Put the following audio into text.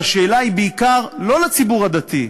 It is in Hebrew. והשאלה היא בעיקר לא לציבור הדתי,